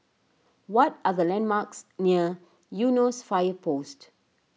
what are the landmarks near Eunos Fire Post